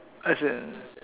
as in